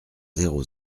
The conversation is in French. zéro